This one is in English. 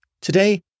today